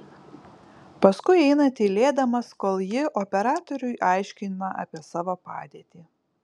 paskui eina tylėdamas kol ji operatoriui aiškina apie savo padėtį